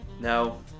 No